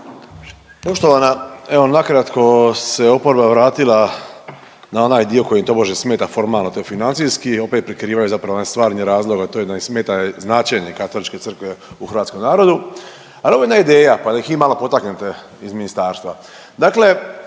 Poštovana, evo nakratko se oporba vratila na onaj dio koji im tobože smeta formalno, to je financijski, opet prikrivaju zapravo onaj stvarni razlog, a to je da im smeta značenje Katoličke crkve u hrvatskom narodu. Al evo jedna ideja pa nek ih vi malo potaknete iz ministarstva. Dakle,